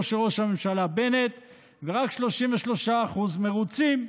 של ראש הממשלה בנט ורק 33% מרוצים.